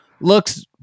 looks